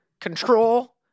control